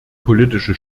politische